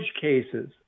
cases